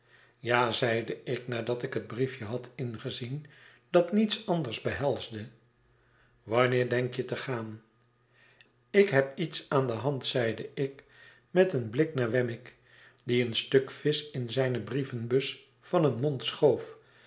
ja zeide ik nadat ik het briefje had ingezien dat niets anders behelsde wanneer denk je te gaan ik heb iets aan de hand zeide ik met een blik naar wemmick die een stuk visch in zijne brievenbus van een mond schoof